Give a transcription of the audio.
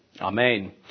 Amen